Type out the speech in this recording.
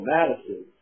Madison